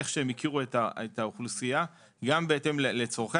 כפי שהם הכירו את האוכלוסייה וגם בהתאם לצורכי